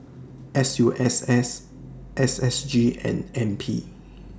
S U S S S S G and N P